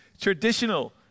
Traditional